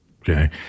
Okay